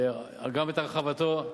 וגם את הרחבתו,